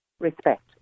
Respect